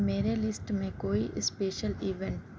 میرے لیسٹ میں کوئی اسپیشل ایوینٹ